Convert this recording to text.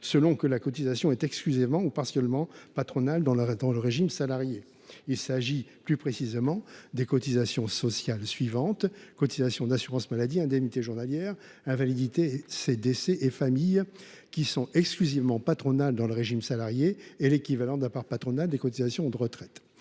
selon que la cotisation est exclusivement ou partiellement patronale dans le régime salarié. Il s’agit plus précisément des cotisations sociales suivantes : cotisations d’assurance maladie, indemnités journalières, invalidité, décès et famille, qui sont exclusivement patronales dans le régime salarié, et équivalent de la part patronale des cotisations de retraite.